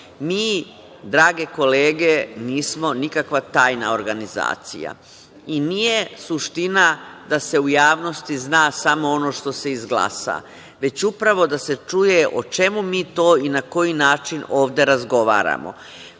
drage kolege, nismo nikakva tajna organizacija i nije suština da se u javnosti zna samo ono što se izglasa, već upravo da se čuje o čemu mi to i na koji način ovde razgovaramo.